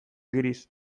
gris